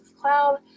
cloud